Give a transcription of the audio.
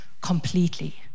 completely